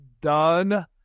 done